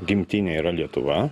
gimtinė yra lietuva